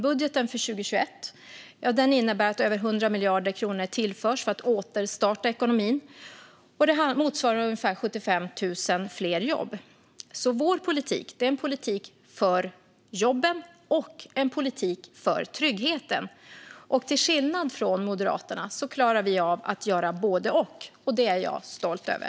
Budgeten för 2021 innebär att över 100 miljarder kronor tillförs för att återstarta ekonomin. Det motsvarar ungefär 75 000 fler jobb. Vår politik är en politik för jobben och en politik för tryggheten. Till skillnad från Moderaterna klarar vi av att göra både och. Det är jag stolt över.